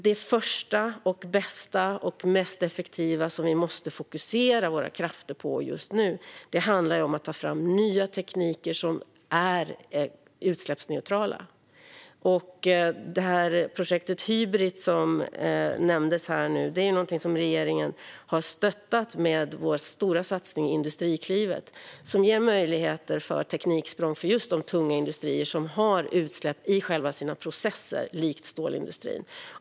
Det första, bästa och effektivaste som vi måste fokusera våra krafter på just nu handlar om att ta fram nya tekniker som är utsläppsneutrala. Projektet Hybrit, som nämndes, har regeringen stöttat med vår stora satsning Industriklivet, som ger möjligheter till tekniksprång för de tunga industrier som har utsläpp i själva sina processer, likt stålindustrin.